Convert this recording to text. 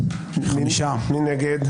מי נגד?